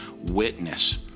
witness